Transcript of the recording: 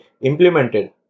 implemented